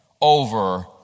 over